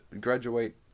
graduate